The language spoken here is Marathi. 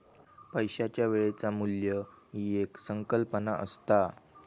पैशाच्या वेळेचा मू्ल्य ही एक संकल्पना असता